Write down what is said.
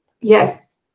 yes